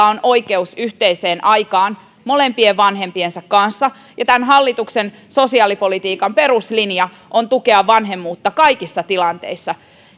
on oikeus yhteiseen aikaan molempien vanhempiensa kanssa ja tämän hallituksen sosiaalipolitiikan peruslinja on tukea vanhemmuutta kaikissa tilanteissa